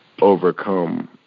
overcome